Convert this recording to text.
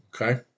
Okay